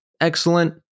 Excellent